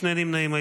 נמנעים.